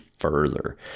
further